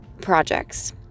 projects